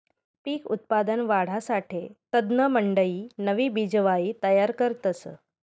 पिक उत्पादन वाढावासाठे तज्ञमंडयी नवी बिजवाई तयार करतस